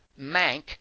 Mank